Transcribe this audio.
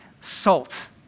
salt